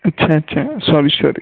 अच्छा अच्छा sorry sorry sir